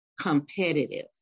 competitive